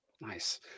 nice